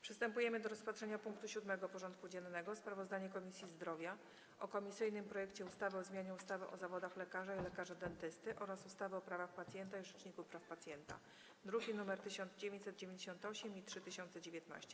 Przystępujemy do rozpatrzenia punktu 7. porządku dziennego: Sprawozdanie Komisji Zdrowia o komisyjnym projekcie ustawy o zmianie ustawy o zawodach lekarza i lekarza dentysty oraz ustawy o prawach pacjenta i Rzeczniku Praw Pacjenta (druki nr 1998 i 3019)